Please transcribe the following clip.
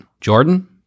Jordan